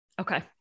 Okay